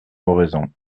oraison